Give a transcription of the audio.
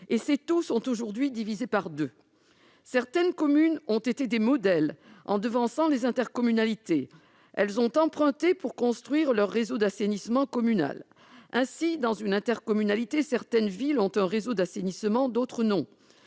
et ces taux sont aujourd'hui divisés par deux. Certaines communes ont été des modèles en devançant les intercommunalités. Elles ont emprunté pour construire leur réseau d'assainissement communal. Ainsi, dans une intercommunalité, certaines villes ont un réseau d'assainissement, d'autres non.